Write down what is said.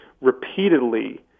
repeatedly